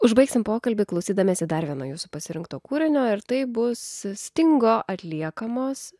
užbaigsim pokalbį klausydamiesi dar vieno jūsų pasirinkto kūrinio ir tai bus stingo atliekamos